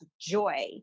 joy